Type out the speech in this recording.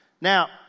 Now